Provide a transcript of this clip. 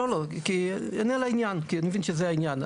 לא, לא, אענה לעניין כי אני מבין שזה העניין.